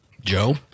Joe